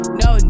no